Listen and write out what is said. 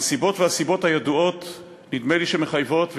הנסיבות והסיבות הידועות נדמה לי שמחייבות,